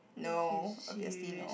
no obviously no